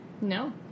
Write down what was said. No